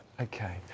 Okay